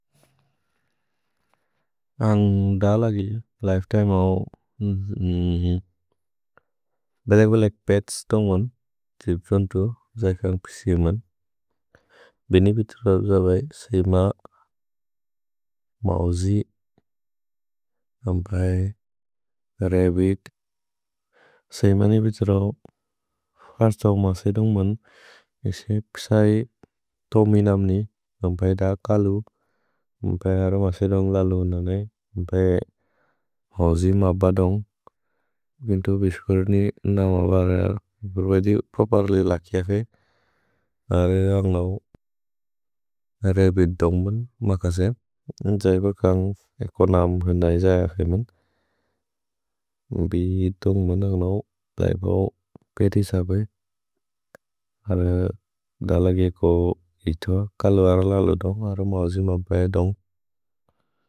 भे होजि म ब दोन्ग्, बिन्तु बिश्कुर्नि न म ब रेअ, ग्रुएदि पोपर् लि लकि अफे। अरे अन्ग्नौ रे बि दोन्ग्मन् मकसेम्। जैब कन् एको नाम् हुन्दै जै अफेमन्। भि दोन्ग्मन् अन्ग्नौ दैपो पेति सबे। अरे दलगि एको इतुअ। कलु अरललो दोन्ग्। अरो म होजि म ब दोन्ग्।